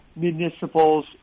municipals